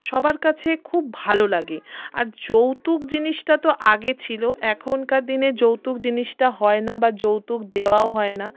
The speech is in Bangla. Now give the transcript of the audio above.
সবার কাছে খুব ভালো লাগে আর যৌতুক জিনিসটা তো আগে ছিল এখনকার দিনে যৌতুক জিনিসটা হয় না বা যৌতুক দেওয়াও হয় না